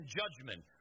judgment